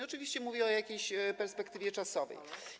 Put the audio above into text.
Oczywiście mówię o pewnej perspektywie czasowej.